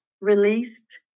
released